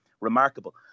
remarkable